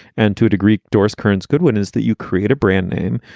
and to a degree, doris kearns goodwin, is that you create a brand name,